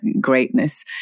greatness